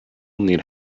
need